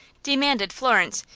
demanded florence,